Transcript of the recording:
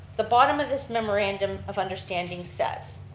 the bottom of this memorandum of understanding says,